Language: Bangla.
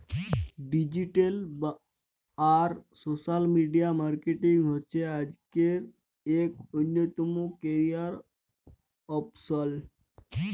ডিজিটাল আর সোশ্যাল মিডিয়া মার্কেটিং হছে আইজকের ইক অল্যতম ক্যারিয়ার অপসল